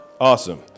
Awesome